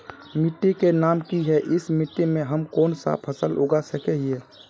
मिट्टी के नाम की है इस मिट्टी में हम कोन सा फसल लगा सके हिय?